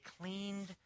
cleaned